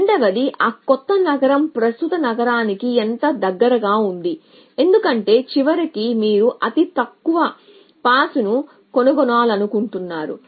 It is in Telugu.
రెండవది ఆ కొత్త నగరం ప్రస్తుత నగరానికి ఎంత దగ్గరగా ఉంది ఎందుకంటే చివరికి మీరు అతి తక్కువ పాస్ను కనుగొనాలనుకుంటున్నారు